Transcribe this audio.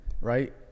right